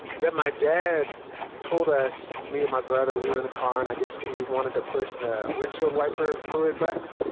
that my dad told us, me and my brother, we were in the car, and i guess we wanted to push the windshield wiper fluid button.